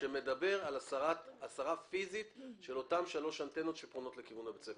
הוא מדבר על הסרה פיזית של אותן שלוש אנטנות שפונות לכיוון בית הספר.